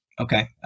Okay